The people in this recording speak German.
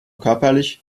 körperlich